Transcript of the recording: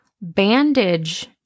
bandage